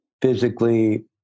physically